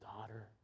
daughter